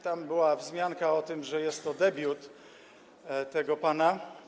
Tam była wzmianka o tym, że jest to debiut tego pana.